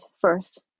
first